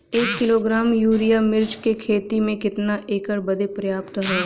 एक kilogram urea मिर्च क खेती में कितना एकड़ बदे पर्याप्त ह?